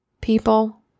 People